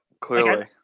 clearly